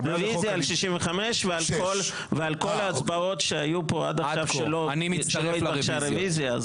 רביזיה על 65 ועל כל ההצבעות שהיו פה עד עכשיו שלא התבקשה רביזיה,